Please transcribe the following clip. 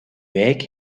wijk